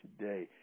today